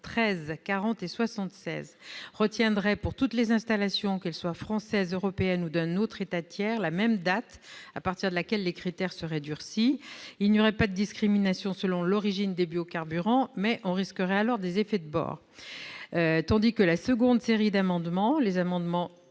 13, 40 et 76 rectifié -retiendrait, pour toutes les installations, qu'elles soient françaises, européennes ou d'un autre État tiers, la même date à partir de laquelle les critères de durabilité seraient durcis. Il n'y aurait pas de discrimination selon l'origine des biocarburants, mais on risquerait alors des effets de bord. La seconde série d'amendements- les amendements